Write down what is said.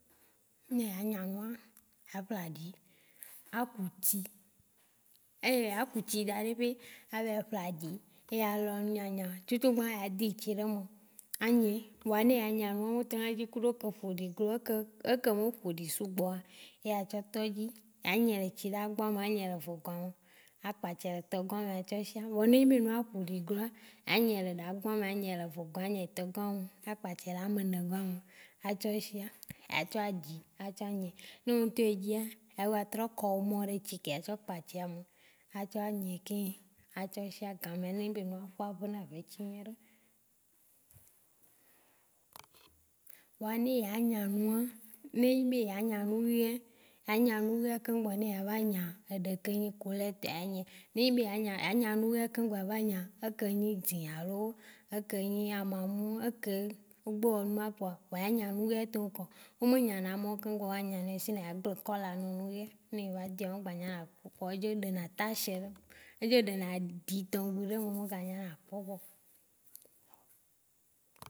Ne eya nya nua, a ƒle aɖi, a ku tsi eya la kutsi daɖe be avɛ ƒle aɖi, eya lɔ nu nyanya. Tsutsu gbã ya de tsi ɖe me a ŋyɛ, vɔa ne eya nyɛa o me to na dzi kuɖo ƒoƒoɖi ku ɖe ke- eke me ƒoɖi sugbɔ̃ eya tsɔ tɔ dzi. Ya nyɛ le tsi ɖa gbã me, ya nyɛ le vegɔa me a kpatsa ɛ tɔ gɔ̃a me tsã shiã. Vɔa ne enyi be enua ƒoɖi gloa, a nyɛ le ɖa gbã mea, a nyɛ le vegɔa me, a nyɛ tɔ ga me a kpatsɛ le a me ne gɔ̃a me. A tsɔ eshia, a tsɔ aɖi a tsɔ anyɛ, ne wo ŋtɔ edzia, a ga trɔ kɔ omo ɖe tsi ke etsɔ kpatsa ya me a tsɔ anyɛ ke a tsɔ shiã. Gamea ne enyi be enua ƒu nyuiɖea eƒuna ʋe nyuiɖe. Vɔa ne eya nya nua, ne enyi be eya nyanu wũia, ya nya nu wuia keŋ gbɔ ne eya va nya ɖe ke nyi couleur tɔa enye. Ne enyi be ya nya- ya nya wui ya keŋgbɔ eya va nya eke nyi dzẽ alo eke nyi amuamu, eke o gbe wɔ numa kpɔa, kpɔa ya nya nu wuia tɔ ŋkɔ. O me nya wo keŋgbɔ wa nyanɛ sinon ya gble kɔla nu wo ye, ne eva doea ŋgba nya na kpɔkpɔ. Edzo ɖe na tâche, o dzo ɖe ɖitɔŋgbe ɖe me me ga nya na kpɔkpɔ.